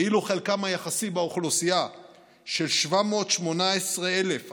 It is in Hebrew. ואילו חלקם היחסי באוכלוסייה של 718,456